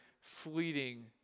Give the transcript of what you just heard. fleeting